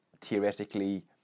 Theoretically